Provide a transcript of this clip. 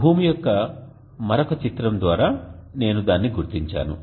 భూమి యొక్క మరొక చిత్రం ద్వారా నేను దానిని గుర్తించాను